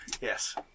Yes